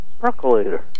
percolator